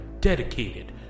dedicated